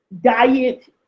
diet